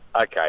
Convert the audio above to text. Okay